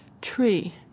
tree